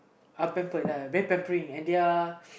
uh pampered uh very pampering and they are